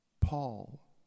Paul